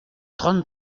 trente